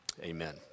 Amen